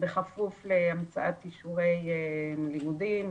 בכפוף להמצאת אישורי לימודים,